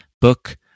Book